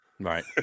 right